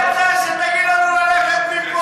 מי אתה שתגיד לנו ללכת מפה,